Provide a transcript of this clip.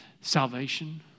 salvation